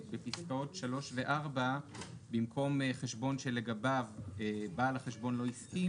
בפסקאות 3 ו-4 במקום "חשבון שלגביו בעל החשבון לא הסכים"